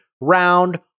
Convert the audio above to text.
round